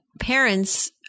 parents